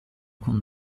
con